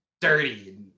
dirty